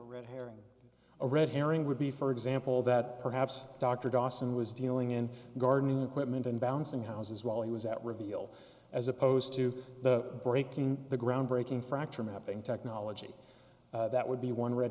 a red herring a red herring would be for example that perhaps dr dawson was dealing in gardening equipment and balancing houses while he was out revealed as opposed to the breaking the ground breaking fracture mapping technology that would be one red